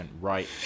right